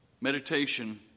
meditation